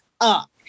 up